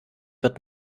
wird